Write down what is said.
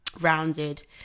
rounded